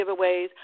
giveaways